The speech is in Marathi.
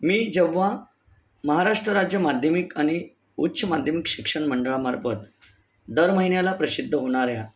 मी जेव्हा महाराष्ट्र राज्य माध्यमिक आणि उच्च माध्यमिक शिक्षण मंडळामार्फत दर महिन्याला प्रसिद्ध होणाऱ्या